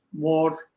more